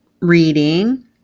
reading